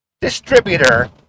distributor